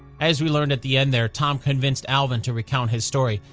as we learned at the end, there, tom convinced alvin to recount his story.